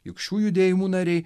juk šių judėjimų nariai